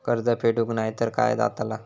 कर्ज फेडूक नाय तर काय जाताला?